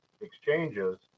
exchanges